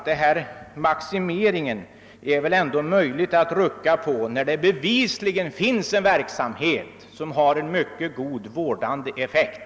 Men maximeringen är det väl ändå möjligt att rucka på när det bevisligen finns en verksamhet som har en mycket god vårdande effekt.